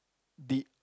the